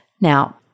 Now